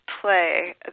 play